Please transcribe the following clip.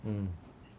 mm